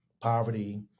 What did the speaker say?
poverty